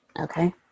Okay